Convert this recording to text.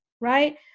Right